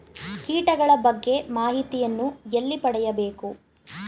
ಕೀಟಗಳ ಬಗ್ಗೆ ಮಾಹಿತಿಯನ್ನು ಎಲ್ಲಿ ಪಡೆಯಬೇಕು?